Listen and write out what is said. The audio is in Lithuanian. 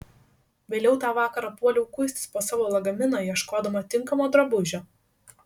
vėliau tą vakarą puoliau kuistis po savo lagaminą ieškodama tinkamo drabužio